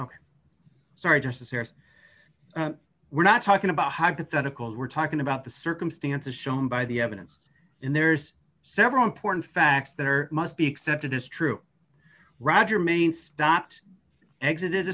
serious we're not talking about hypotheticals we're talking about the circumstances shown by the evidence and there's several important facts that are must be accepted as true roger mayne stopped exit